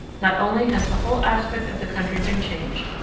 not only has the whole aspect of the country been changed,